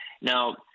Now